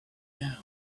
down